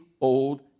Old